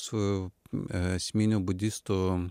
su esminiu budistų